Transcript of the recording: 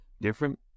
different